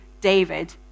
David